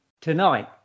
tonight